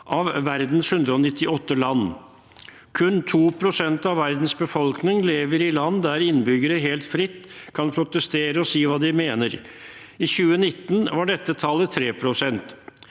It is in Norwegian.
av verdens 198 land. Kun 2 pst. av verdens befolkning lever i land der innbyggere helt fritt kan protestere og si hva de mener. I 2019 var dette tallet på 3 pst.